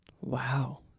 Wow